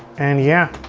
and yeah,